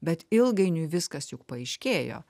bet ilgainiui viskas juk paaiškėjo